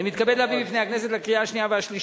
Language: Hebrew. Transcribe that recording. אני מתכבד להביא בפני הכנסת לקריאה שנייה ולקריאה